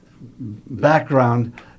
background